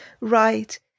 Right